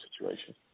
situation